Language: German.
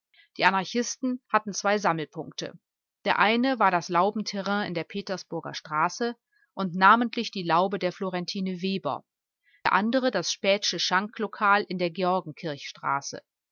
die anarchisten hatten zwei sammelpunkte der eine war das laubenterrain in der petersburger straße und namentlich die laube der florentine weber der andere das späthsche schanklokal in der